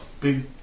big